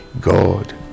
God